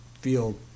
feel